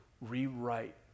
rewrite